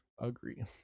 agree